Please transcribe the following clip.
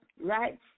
right